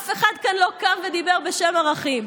אף אחד כאן לא קם ודיבר בשם ערכים.